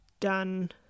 done